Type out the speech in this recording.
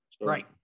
right